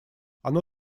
оно